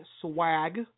swag